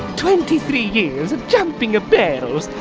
twenty three years of jumping ah barrels.